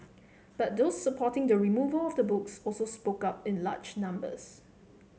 but those supporting the removal of the books also spoke up in large numbers